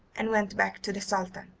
and went back to the sultan.